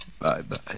Bye-bye